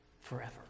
forever